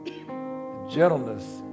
gentleness